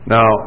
Now